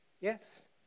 Yes